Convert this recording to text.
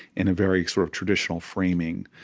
in a very sort of traditional framing.